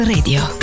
Radio